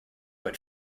but